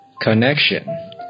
Connection